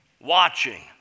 Watching